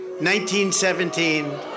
1917